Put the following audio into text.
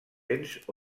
lents